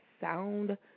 sound